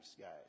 guys